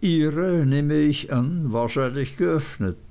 ihre nehme ich an wahrscheinlich geöffnet